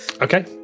Okay